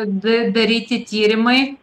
d daryti tyrimai